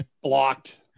Blocked